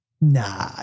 Nah